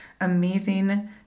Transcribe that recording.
amazing